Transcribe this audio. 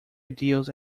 ideals